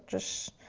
just